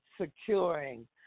securing